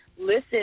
listen